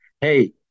hey